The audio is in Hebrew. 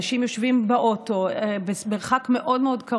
אנשים יושבים באוטו במרחק קרוב מאוד מאוד,